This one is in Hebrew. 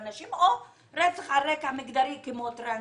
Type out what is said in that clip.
נשים או רצח על רקע מגדרי כמו למשל טרנסג'נדר.